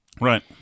right